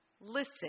Listen